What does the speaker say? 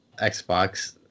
xbox